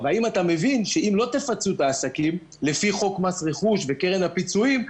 והאם אתה מבין שאם לא תפצו את העסקים לפי חוק מס רכוש וקרן הפיצויים,